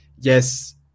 yes